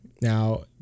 Now